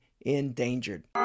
endangered